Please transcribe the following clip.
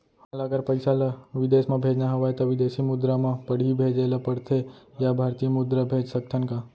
हमन ला अगर पइसा ला विदेश म भेजना हवय त विदेशी मुद्रा म पड़ही भेजे ला पड़थे या भारतीय मुद्रा भेज सकथन का?